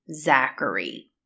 Zachary